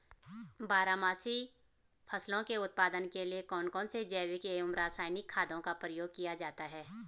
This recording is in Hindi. बारहमासी फसलों के उत्पादन के लिए कौन कौन से जैविक एवं रासायनिक खादों का प्रयोग किया जाता है?